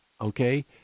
okay